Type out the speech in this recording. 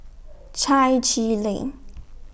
Chai Chee Lane